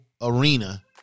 arena